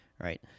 right